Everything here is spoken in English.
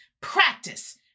Practice